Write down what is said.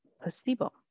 placebo